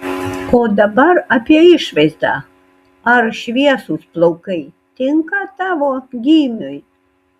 o dabar apie išvaizdą ar šviesūs plaukai tinka tavo gymiui